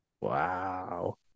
Wow